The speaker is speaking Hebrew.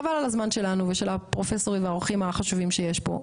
חבל על הזמן שלנו ושל הפרופסורים והאורחים החשובים שיש פה,